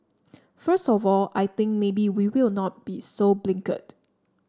first of all I think maybe we will not be so blinkered